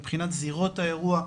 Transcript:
מבחינת זירות האירוע,